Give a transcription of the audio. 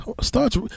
starts